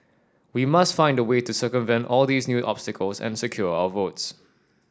we must find a way to circumvent all these new obstacles and secure our votes